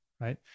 Right